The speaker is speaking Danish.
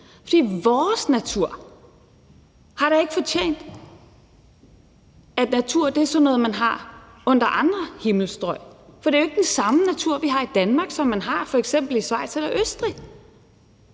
for vores natur har da ikke fortjent, at natur er sådan noget, man har under andre himmelstrøg. Det er ikke den samme natur, vi har i Danmark, som man har i f.eks. Schweiz eller Østrig.